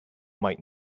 might